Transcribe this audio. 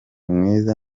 mwiza